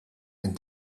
and